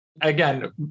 again